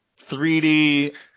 3D